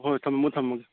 ꯍꯣꯏ ꯊꯃꯝꯃꯣ ꯊꯝꯃꯒꯦ